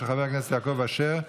של חבר הכנסת יעקב אשר.